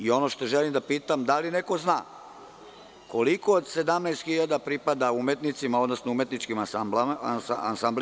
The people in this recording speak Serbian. Ono što želim da pitam je da li neko zna koliko od 17.000 pripada umetnicima, odnosno umetničkim ansamblima?